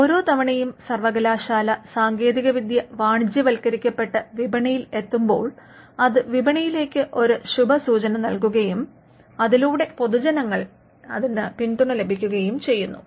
ഓരോ തവണയും സർവകലാശാലാ സാങ്കേതികവിദ്യ വാണിജ്യവത്ക്കരിക്കപെട്ട് വിപണിയിൽ എത്തുമ്പോൾ അത് വിപണിയിലേക്ക് ഒരു ശുഭസൂചന നൽകുകയും അതിലൂടെ പൊതുജനങ്ങിൽ നിന്ന് അതിന് പിന്തുണ ലഭിക്കുകയൂം ചെയ്യുന്നു